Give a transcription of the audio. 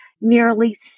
nearly